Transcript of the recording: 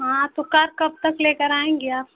हाँ तो कार कब तक लेकर आएंगे आप